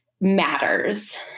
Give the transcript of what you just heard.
matters